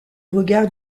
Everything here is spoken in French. regard